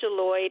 Deloitte